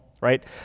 right